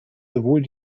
sowohl